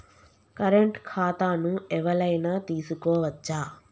Current ఖాతాను ఎవలైనా తీసుకోవచ్చా?